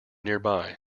nearby